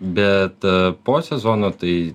bet po sezono tai